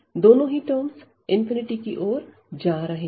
दोनों ही टर्म्स की ओर जा रहे हैं